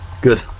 good